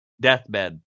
deathbed